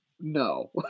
No